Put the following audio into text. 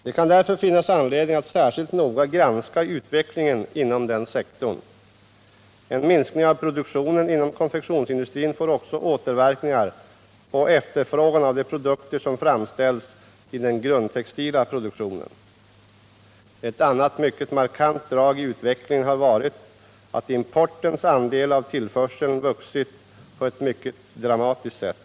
Det kan därför finnas anledning att särskilt noga granska utvecklingen inom den sektorn. En minskning av produktionen 129 inom konfektionsindustrin får också återverkningar på efterfrågan av de produkter som framställs i den grundtextila produktionen. Ett annat markant drag i utvecklingen har varit att importens andel av tillförseln vuxit på ett mycket dramatiskt sätt.